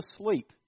asleep